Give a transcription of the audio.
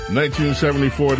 1974